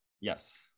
yes